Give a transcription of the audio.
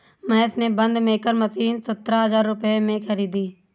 महेश ने bund maker machine सतरह हजार रुपए में खरीदी